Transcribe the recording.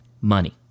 money